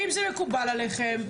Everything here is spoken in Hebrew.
אם זה מקובל עליכם,